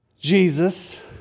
Jesus